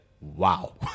Wow